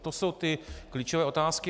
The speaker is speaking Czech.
To jsou ty klíčové otázky.